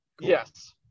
Yes